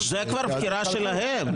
זאת כבר בחירה שלהם.